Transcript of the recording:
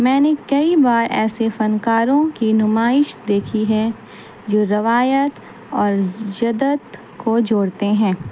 میں نے کئی بار ایسے فنکاروں کی نمائش دیکھی ہے جو روایت اور جدت کو جوڑتے ہیں